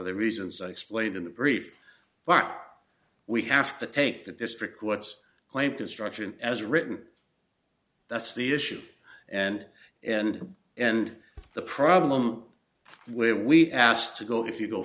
r the reasons i explained in the brief but we have to take the district what's claimed construction as written that's the issue and and and the problem where we asked to go if you go